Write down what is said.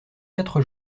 quatre